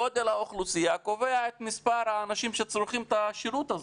גודל האוכלוסייה קובע את מספר האנשים שצורכים את השירות הזה.